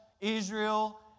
Israel